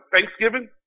Thanksgiving